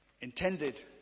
intended